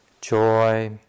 joy